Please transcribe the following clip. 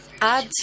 add